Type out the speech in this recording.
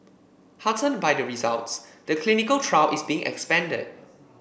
heartened by the results the clinical trial is being expanded